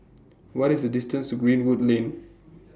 What IS The distance to Greenwood Lane